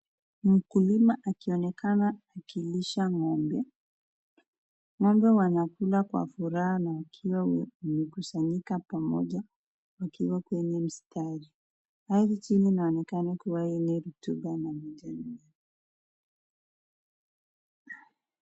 Mkulima akionekana akilisha ng'ombe. Ng'ombe wanaonekana wankula kwa furaha wakiwa wamekusanyika pamoja wakiwa kwenye mstari. Hapa chini yanaonekana kuwa yenye rotuba na